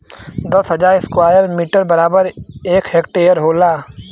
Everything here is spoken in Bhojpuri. दस हजार स्क्वायर मीटर बराबर एक हेक्टेयर होला